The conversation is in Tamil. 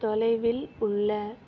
தொலைவில் உள்ள